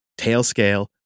Tailscale